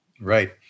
Right